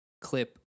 clip